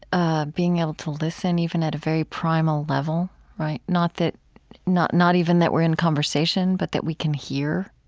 ah being able to listen even at a very primal level, not that not not even that we're in conversation, but that we can hear,